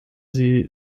sie